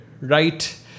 right